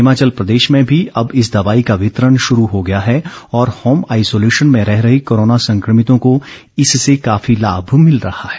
हिमाचल प्रदेश में भी अब इस दवाई का वितरण शुरू हो गया है और होम आईसोलेशन में रह रहे कोरोना संकभितों को इससे काफी लाभ मिल रहा है